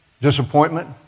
Disappointment